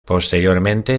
posteriormente